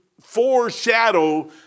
foreshadow